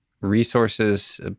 resources